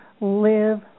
live